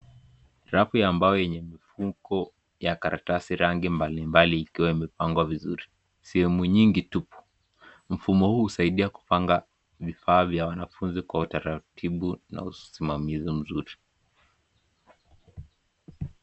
Rafu ya ambao yenye mfuko ya karatasi rangi mbali mbali ikiwa imepangwa vizuri sehemu nyingi tupu. Mfumo huu usaidi kupanga vivaa vya wanagunzi kwa utaratibu na usimamizi mzuri.